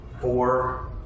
four